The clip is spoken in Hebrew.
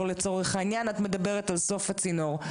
לצורך העניין ואת מדברת על סוף הצינור.